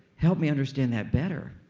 help me understand that better.